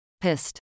Pissed